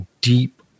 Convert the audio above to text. deep